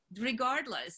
regardless